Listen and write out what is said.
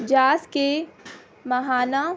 jazz کے ماہانہ